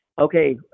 okay